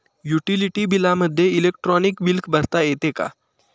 Utility बिलामध्ये electronic bill भरता येते का?